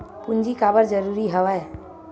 पूंजी काबर जरूरी हवय?